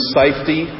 safety